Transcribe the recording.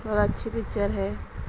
اچھی پکچر ہے